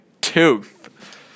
tooth